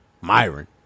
Myron